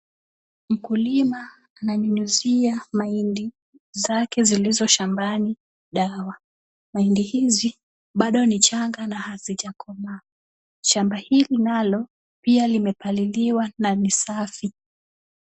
Mkulima ananyunyuzia mahindi zake zilizo shambani dawa, mahindi hizi bado ni changa na hazijakomaa, shamba hili nalo pia limepaliliwa na ni safi.